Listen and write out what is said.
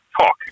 talk